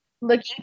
looking